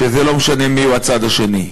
שלא משנה מיהו הצד השני,